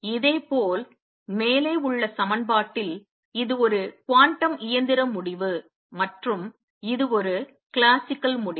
இதேபோல் மேலே உள்ள சமன்பாட்டில் இது ஒரு குவாண்டம் இயந்திர முடிவு மற்றும் இது ஒரு கிளாசிக்கல் முடிவு